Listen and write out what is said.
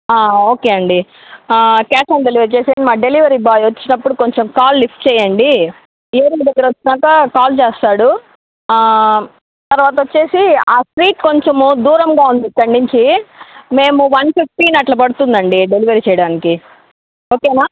okay అండీ cash on delivery చేసేయండి మా డెలివరీ బాయ్ వచ్చినపుడు కొంచం కాల్ లిఫ్ట్ చేయండి ఏరియా దగ్గర వచ్చాక కాల్ చేస్తాడు తర్వాత వచ్చేసి ఆ స్ట్రీట్ కొంచెము దూరంగా ఉంది ఇక్కడ నుంచి మేము వన్ ఫిఫ్టీన్ అట్లా పడుతుందండీ డెలివరీ చేయడానికి ఓకేనా